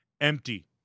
empty